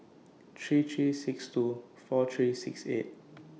three three six two four three six eight